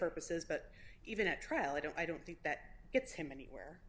purposes but even at trial i don't i don't think that gets him anywhere